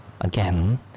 Again